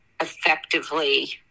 effectively